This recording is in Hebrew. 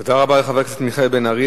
תודה רבה לחבר הכנסת מיכאל בן-ארי.